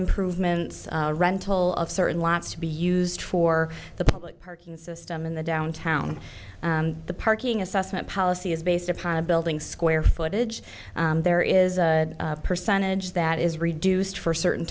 improvements rental of certain lots to be used for the public parking system in the downtown the parking assessment policy is based upon a building square footage there is a percentage that is reduced for certain